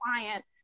client